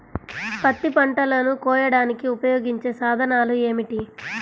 పత్తి పంటలను కోయడానికి ఉపయోగించే సాధనాలు ఏమిటీ?